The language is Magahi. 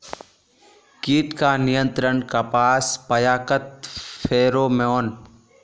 कीट का नियंत्रण कपास पयाकत फेरोमोन?